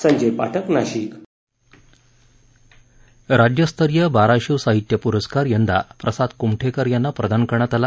संजय पाठक राज्यस्तरीय बाराशिव साहित्य पुरस्कार यंदा प्रसाद कुमठेकर यांना प्रदान करण्यात आला